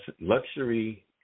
luxury